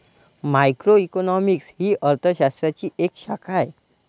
macroeconomics ही अर्थ शास्त्राची एक शाखा आहे